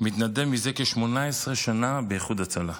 מתנדב מזה כ-18 שנה באיחוד הצלה.